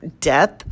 death